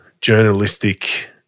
journalistic